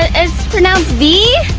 it's pronounced vee.